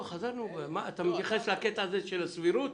אתה מתייחס לקטע של הסבירות?